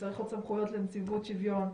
אם צריך עוד סמכויות לנציבות שוויון,